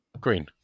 Green